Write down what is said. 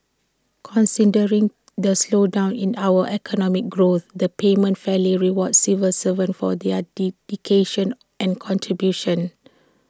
considering the slowdown in our economic growth the payment fairly rewards civil servants for their dedication and contributions